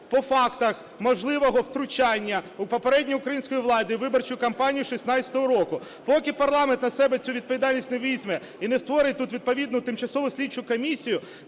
по фактах можливого втручання попередньої української влади у виборчу кампанію 16-го року. Поки парламент на себе цю відповідальність не візьме і не створить тут відповідну тимчасову слідчу комісію,